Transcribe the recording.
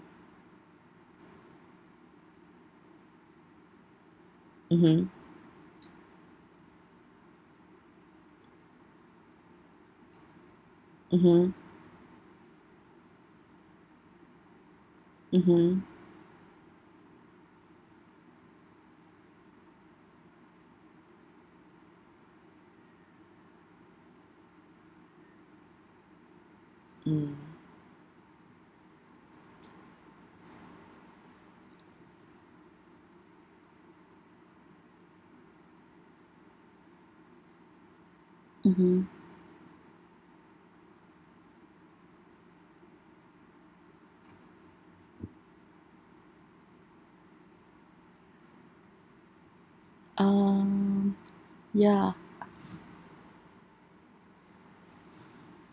mmhmm mmhmm mmhmm mm mmhmm um ya